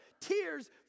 tears